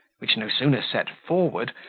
which no sooner set forward,